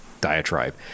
diatribe